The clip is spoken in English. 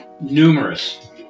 numerous